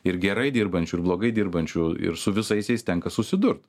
ir gerai dirbančių ir blogai dirbančių ir su visais jais tenka susidurt